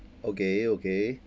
okay okay